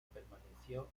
permaneció